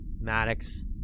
Maddox